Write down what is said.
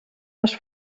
les